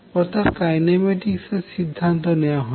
অর্থাৎ কাইনেমেটিক্স এর সিধান্ত নেওয়া হয়নি